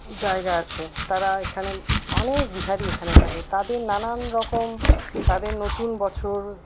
জায়গা আছে তারা এখানে অনেক বিহারি এখানে থাকে তাদের নানানরকম তাদের নতুন বছর